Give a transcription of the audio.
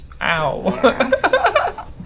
Ow